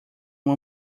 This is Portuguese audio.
uma